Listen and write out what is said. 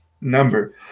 number